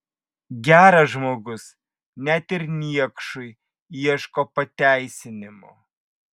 geras žmogus net ir niekšui ieško pateisinimų